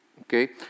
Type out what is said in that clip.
Okay